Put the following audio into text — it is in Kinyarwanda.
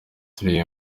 tureba